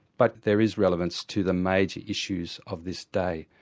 but there is relevance to the major issues of this day.